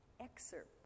excerpt